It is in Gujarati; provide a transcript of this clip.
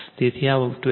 તેથી આ 12